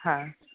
હા